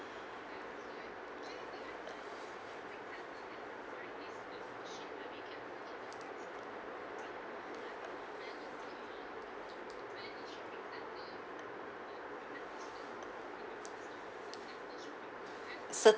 cer~